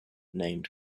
named